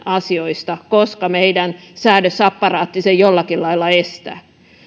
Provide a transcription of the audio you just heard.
asioista koska meidän säädösapparaattimme sen jollakin lailla estää